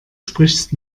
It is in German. sprichst